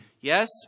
yes